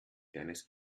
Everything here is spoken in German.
deines